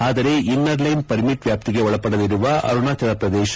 ಆದರೆ inner line permit ವ್ಲಾಪ್ತಿಗೆ ಒಳಪಡಲಿರುವ ಅರುಣಾಚಲ ಪ್ರದೇಶ